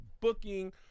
booking